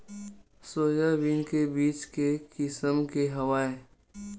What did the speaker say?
Soybean के बीज के किसम के हवय?